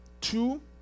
two